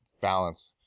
balance